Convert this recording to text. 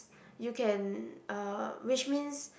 you can uh which means